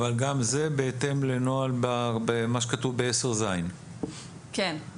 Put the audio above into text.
אבל גם זה בהתאם לנוהל כפי שכתוב בסעיף 10ז. כן.